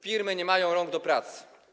Firmy nie mają rąk do pracy.